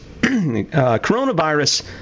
coronavirus